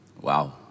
Wow